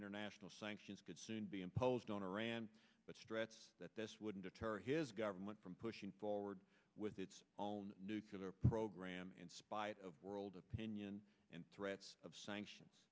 international sanctions could soon be imposed on iran but stressed that this wouldn't a terror his government from pushing forward with its own nuclear program in spite of world opinion and threats of sanctions